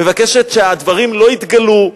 מבקשת שהדברים לא יתגלו,